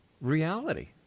reality